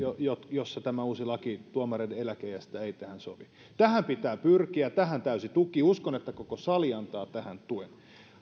jossa uusi laki tuomareiden eläkeiästä ei tähän sovi tähän pitää pyrkiä ja tähän täysi tuki uskon että koko sali antaa tähän tuen